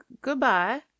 goodbye